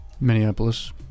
Minneapolis